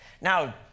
Now